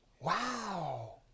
Wow